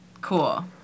Cool